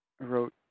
wrote